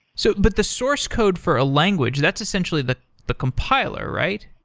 so but the source code for a language, that's essentially the the compiler, right?